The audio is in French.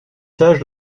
sage